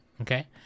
okay